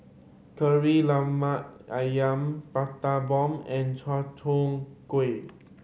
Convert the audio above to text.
Kari Lemak Ayam Prata Bomb and chai tow kway